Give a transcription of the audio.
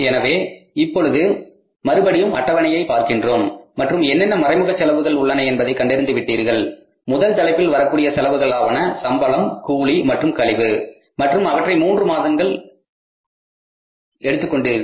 எனவே இப்பொழுது மறுபடியும் அட்டவணை பார்க்கின்றோம் மற்றும் என்னென்ன மறைமுக செலவுகள் உள்ளன என்பதை கண்டறிந்து விட்டீர்கள் முதல் தலைப்பில் வரக்கூடிய செலவுகளாவன சம்பளம் கூலி மற்றும் கழிவு மற்றும் அவற்றை மூன்று மாதங்களுக்கு எடுத்துக் கொண்டீர்கள்